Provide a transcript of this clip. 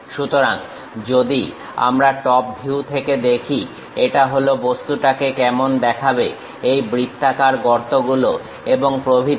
সুতরাং যদি আমরা টপ ভিউ থেকে দেখি এটা হলো বস্তুটাকে যেমন দেখাবে এই বৃত্তাকার গর্তগুলো এবং প্রভৃতি